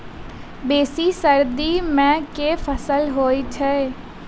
बेसी सर्दी मे केँ फसल होइ छै?